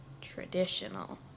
traditional